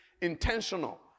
intentional